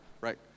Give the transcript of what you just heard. right